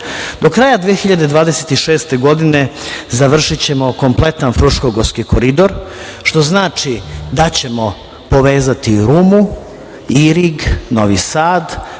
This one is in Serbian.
Do kraja 2026. godine završićemo kompletan Fruškogorksi koridor, što znači da ćemo povezati Rumu, Irig, Novi Sad,